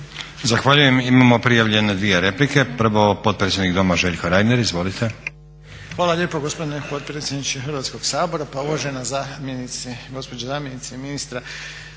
Zahvaljujem. Imao prijavljene dvije replike. Prvo potpredsjednik doma Željko Reiner. Izvolite. **Reiner, Željko (HDZ)** Hvala lijepo gospodine potpredsjedniče Hrvatskog sabora. Pa uvažena zamjenice, gospođo zamjenice ministra